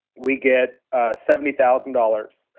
we get seventy thousand dollars.